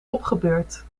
opgebeurd